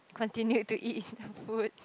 continue to eat the food